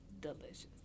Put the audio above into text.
delicious